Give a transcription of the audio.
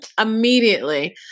Immediately